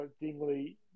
Dingley